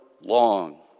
long